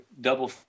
double